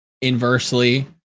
inversely